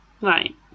Right